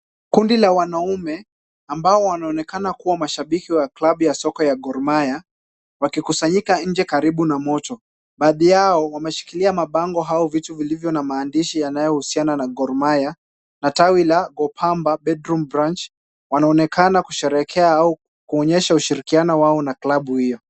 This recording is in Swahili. Kundi la wanaume ambao wanaonekana kuwa mashabiki wa klabu ya soka ya Gor Mahia, wakikusanyika nje karibu na moto. Baadhi yao wameshikilia mabango au vitu vilivyo na maandishi yanayohusiana na Gor Mahia na tawi la Gopamba Bedroom Branch. Wanaonekana kusherehekea au kuonyesha ushirikiano wao na klabu hiyo.